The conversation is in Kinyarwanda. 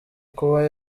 kuba